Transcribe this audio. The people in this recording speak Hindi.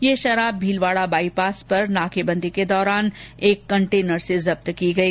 यह शराब भीलवाड़ा बाईपास पर नाकाबंदी के दौरान एक कंटेनर से जब्त की गई